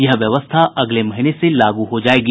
यह व्यवस्था अगले महीने से लागू हो जायेगी